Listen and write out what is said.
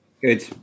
Good